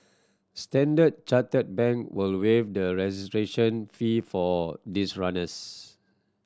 Standard Chartered Bank will waive the registration fee for these runners